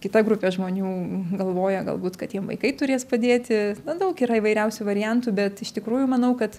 kita grupė žmonių galvoja galbūt kad jiem vaikai turės padėti na daug yra įvairiausių variantų bet iš tikrųjų manau kad